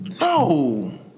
No